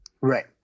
Right